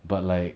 but like